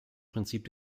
prinzip